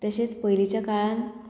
तशेंच पयलींच्या काळांत